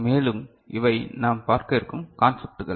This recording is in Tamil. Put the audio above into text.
மேலும் இவை நாம் பார்க்க இருக்கும் கான்சப்டுகள்